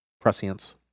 prescience